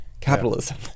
capitalism